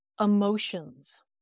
emotions